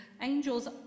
angels